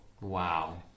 wow